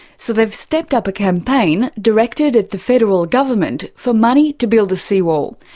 so they've stepped up a campaign, directed at the federal government, for money to build a seawall.